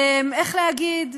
איך להגיד,